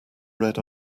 red